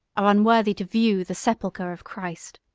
are unworthy to view, the sepulchre of christ!